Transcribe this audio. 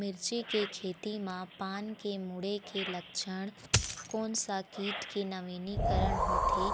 मिर्ची के खेती मा पान के मुड़े के लक्षण कोन सा कीट के नवीनीकरण होथे